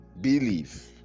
believe